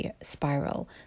spiral